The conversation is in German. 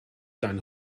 dein